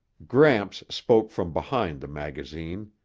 gramps spoke from behind the magazine,